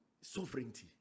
sovereignty